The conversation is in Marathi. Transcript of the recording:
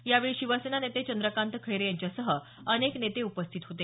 यावेळी शिवसेना नेते चंद्रकांत खैरे यांच्यासह अनेक नेते उपस्थित होते